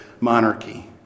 monarchy